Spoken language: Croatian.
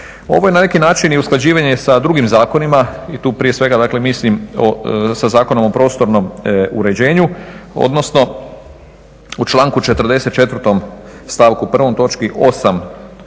Ovo je na neki način i usklađivanje sa drugim zakonima i tu prije svega mislim sa Zakonom o prostornom uređenju, odnosno u članku 44.stavku